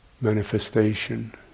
manifestation